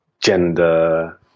gender